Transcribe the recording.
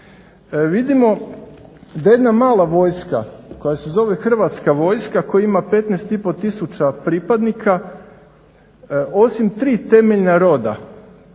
Vidimo da jedna mala vojska koja se zove Hrvatska vojska koja ima 15500 pripadnika osim tri temeljna roda